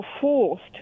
forced